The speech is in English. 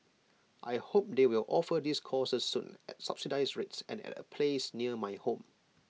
I hope they will offer these courses soon at subsidised rates and at A place near my home